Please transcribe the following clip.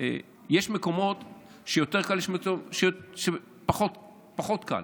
יש מקומות שפחות קל,